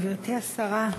גברתי השרה,